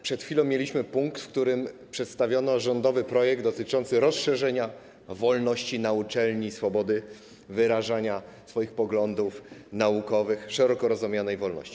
Przed chwilą mieliśmy punkt, w którym przedstawiono rządowy projekt dotyczący rozszerzenia wolności na uczelni, swobody wyrażania poglądów naukowych, szeroko rozumianej wolności.